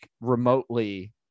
remotely